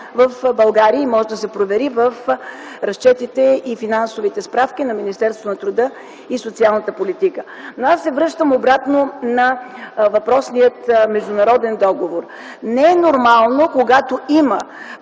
в България – може да се провери в разчетите и финансовите справки на Министерството на труда и социалната политика. Аз се връщам обратно на въпросния международен договор. Не е нормално, когато има